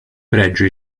pregio